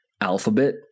Alphabet